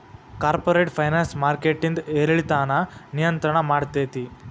corporate finance ಮಾರ್ಕೆಟಿಂದ್ ಏರಿಳಿತಾನ ನಿಯಂತ್ರಣ ಮಾಡ್ತೇತಿ